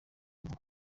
vuba